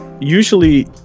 usually